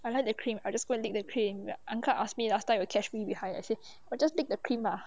I like the cream I will just go and lick the cream uncle ask me last time he say just take the cream ah